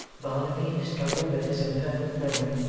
barnaby struggling with his imperfect memory,